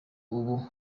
ubu